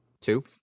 Two